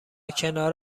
کنار